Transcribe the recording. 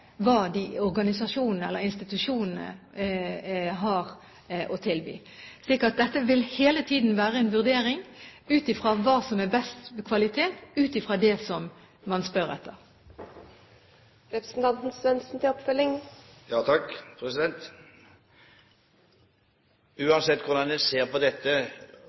organisasjonene eller institusjonene har å tilby. Så det vil hele tiden være en vurdering ut fra hva som har best kvalitet, ut fra hva man spør etter.